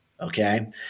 Okay